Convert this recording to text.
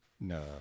No